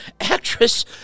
actress